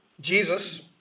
Jesus